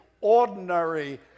ordinary